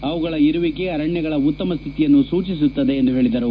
ಅವುಗಳ ಇರುವಿಕೆ ಅರಣ್ಯಗಳ ಉತ್ತಮ ಸ್ನಿತಿಯನ್ನು ಸೂಚಿಸುತ್ತದೆ ಎಂದು ಹೇಳದರು